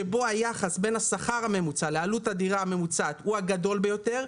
בו היחס בין השכר הממוצע לעלות הדירה הממוצעת הוא הגדול ביותר.